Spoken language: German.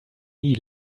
nie